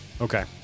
Okay